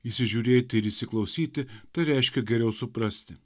įsižiūrėti ir įsiklausyti tai reiškia geriau suprasti